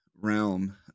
realm